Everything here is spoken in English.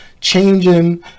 changing